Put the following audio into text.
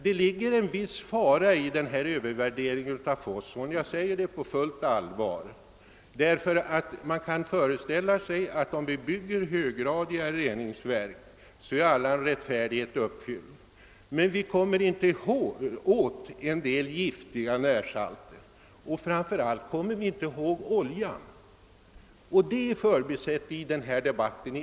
Det ligger en viss fara i denna övervärdering av fosforns roll, som vattenförorenande faktor, därför att man kan föreställa sig, att om vi bygger höggra diga reningsverk, så är all rättfärdighet uppfylld. Men vi kommer inte åt en del giftiga ämnen, och dessutom har oljan i alltför stor utsträckning förbisetts i debatten.